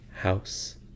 House